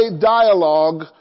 dialogue